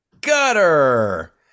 gutter